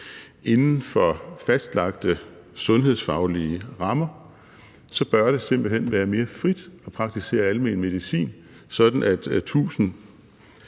Inden for fastlagte sundhedsfaglige rammer bør det simpelt hen være mere frit at praktisere almen medicin, sådan at